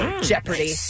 Jeopardy